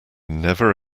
never